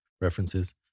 references